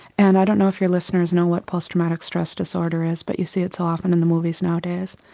and i don't know if your listeners know what post-traumatic stress disorder is but you see it so often in the movies nowadays.